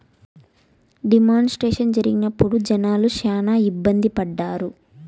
D మానిస్ట్రేషన్ జరిగినప్పుడు జనాలు శ్యానా ఇబ్బంది పడ్డారు